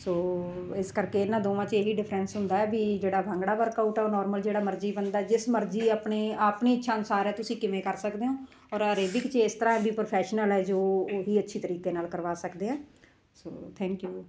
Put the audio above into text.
ਸੋ ਇਸ ਕਰਕੇ ਇਹਨਾਂ ਦੋਵਾਂ 'ਚ ਇਹ ਹੀ ਡਿਫਰੇਨਸ ਹੁੰਦਾ ਵੀ ਜਿਹੜਾ ਭੰਗੜਾ ਵਰਕਆਊਟ ਆ ਉਹ ਨੋਰਮਲ ਜਿਹੜਾ ਮਰਜ਼ੀ ਬੰਦਾ ਜਿਸ ਮਰਜ਼ੀ ਆਪਣੇ ਆਪਣੀ ਇੱਛਾ ਅਨੁਸਾਰ ਆ ਤੁਸੀਂ ਕਿਵੇਂ ਕਰ ਸਕਦੇ ਓਂ ਔਰ ਐਰੇਬਿਕ 'ਚ ਇਸ ਤਰ੍ਹਾਂ ਵੀ ਪ੍ਰੋਫੈਸ਼ਨਲ ਹੈ ਜੋ ਉਹ ਹੀ ਅੱਛੀ ਤਰੀਕੇ ਨਾਲ ਕਰਵਾ ਸਕਦੇ ਆ ਸੋ ਥੈਂਕ ਯੂ